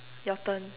your turn